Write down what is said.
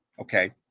Okay